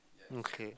okay